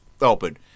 open